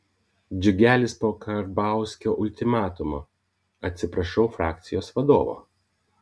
džiugelis po karbauskio ultimatumo atsiprašau frakcijos vadovo